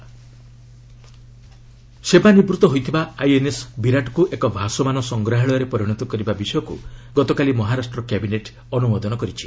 INS Viraat museum ସେବାନିବୃତ୍ତ ହୋଇଥିବା INS ବିରାଟ୍କୁ ଏକ ଭାସମାନ ସଂଗ୍ରହାଳୟରେ ପରିଣତ କରିବା ବିଷୟକ୍ତ ଗତକାଲି ମହାରାଷ୍ଟ୍ର କ୍ୟାବିନେଟ୍ ଅନୁମୋଦନ କରିଛି